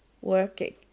working